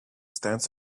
stands